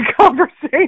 conversation